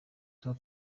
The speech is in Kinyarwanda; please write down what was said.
tuba